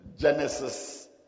Genesis